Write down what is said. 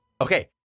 Okay